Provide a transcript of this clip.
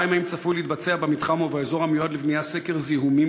2. האם צפוי להתבצע במתחם או באזור המיועד לבנייה סקר זיהומי